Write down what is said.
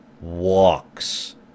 walks